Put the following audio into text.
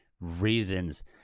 reasons